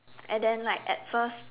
and then like at first